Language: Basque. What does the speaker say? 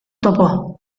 topo